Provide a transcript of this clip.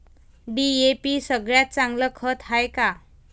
DAP सगळ्यात चांगलं खत हाये का?